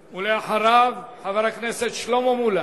ואחריו, חבר הכנסת שלמה מולה.